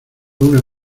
una